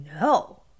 No